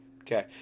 Okay